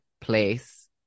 place